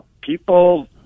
People